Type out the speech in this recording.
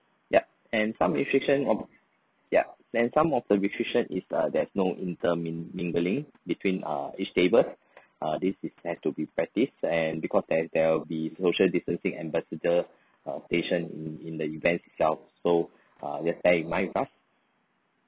yup and some restriction o~ yup and some of the restriction is uh there's no intermin~ mingling between uh each table uh this is have to be practice and because there's there will be social distancing ambassador uh station in in the event itself so uh just bear in mind with us